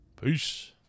Peace